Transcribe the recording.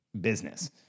business